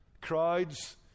Crowds